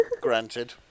Granted